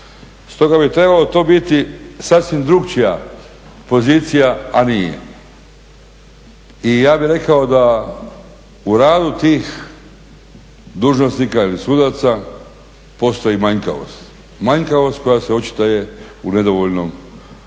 Stoga bi trebalo to biti sasvim drugačija pozicija, a nije. I ja bih rekao da u radu tih dužnosnika ili sudaca postoji manjkavost, manjkavost koja se očituje u nedovoljnoj ažurnosti